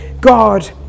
God